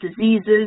diseases